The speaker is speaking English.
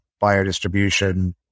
biodistribution